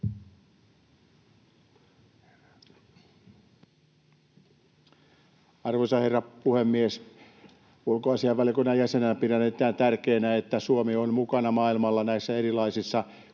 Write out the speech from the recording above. Arvoisa herra puhemies! Ulkoasiainvaliokunnan jäsenenä pidän erittäin tärkeänä, että Suomi on mukana maailmalla näissä erilaisissa, kuten